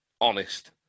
honest